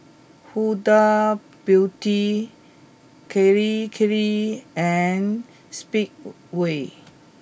Huda Beauty Kirei Kirei and Speedway